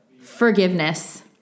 forgiveness